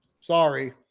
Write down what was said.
sorry